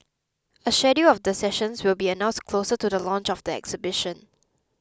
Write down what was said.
a schedule of the sessions will be announced closer to the launch of the exhibition